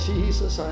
Jesus